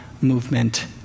movement